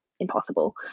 impossible